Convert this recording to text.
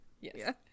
Yes